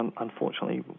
unfortunately